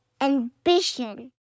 ambition